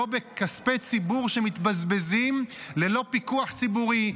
לא בכספי ציבור שמתבזבזים ללא פיקוח ציבורי,